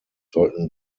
sollten